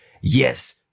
yes